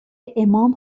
امام